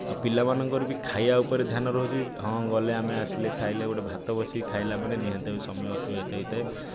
ଆଉ ପିଲାମାନଙ୍କର ବି ଖାଇବା ଉପରେ ଧ୍ୟାନ ରହୁଛି ହଁ ଗଲେ ଆମେ ଆସିଲେ ଖାଇଲେ ଗୋଟିଏ ଭାତ ବସେଇ ଖାଇଲା ମାନେ ନିହାତି ଭାବେ ସମୟ ଅତିବାହିତ ହୋଇଥାଏ